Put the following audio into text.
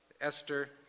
Esther